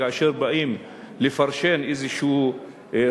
כאשר באים לפרשן איזה חוק,